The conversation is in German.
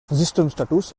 systemstatus